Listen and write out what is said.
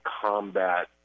combat